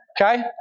Okay